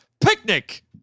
Picnic